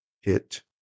hit